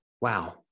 Wow